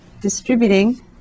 distributing